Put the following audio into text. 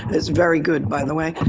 it's very good, by the way,